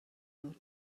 awr